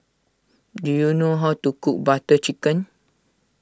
do you know how to cook Butter Chicken